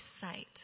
sight